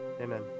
Amen